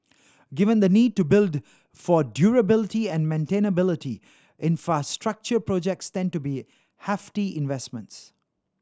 given the need to build for durability and maintainability infrastructure projects tend to be hefty investments